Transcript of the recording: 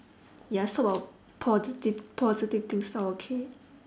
ya so about positive positive things now okay